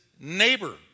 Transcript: neighbor